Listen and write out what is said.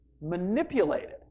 manipulated